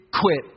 quit